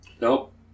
Nope